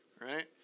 Right